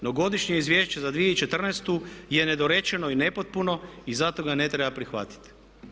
No Godišnje izvješće za 2014. je nedorečeno i nepotpuno i zato ga ne treba prihvatiti.